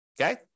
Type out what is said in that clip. okay